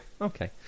okay